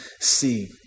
see